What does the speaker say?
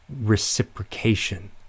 reciprocation